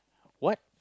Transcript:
what